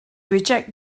reject